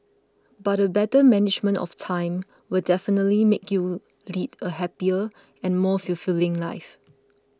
but a better management of time will definitely make you lead a happier and more fulfilling life